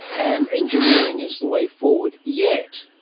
and engineering is the way forward. yet,